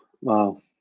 Wow